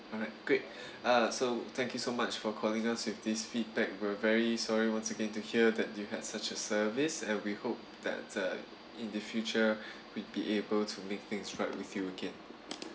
alright great uh so thank you so much for calling us with this feedback we were very sorry once again to hear that you had such a service and we hope that uh in the future will be able to make things right with you again